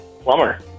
Plumber